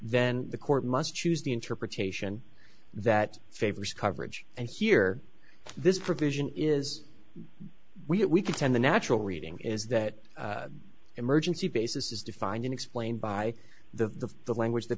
then the court must choose the interpretation that favors coverage and here this provision is we contend the natural reading is that emergency basis is defined and explained by the the language that